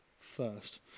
first